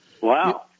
Wow